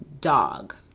dog